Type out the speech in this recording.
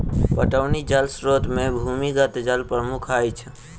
पटौनी जल स्रोत मे भूमिगत जल प्रमुख अछि